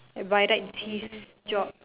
by right it's his job